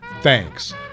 Thanks